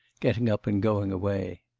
getting up and going away.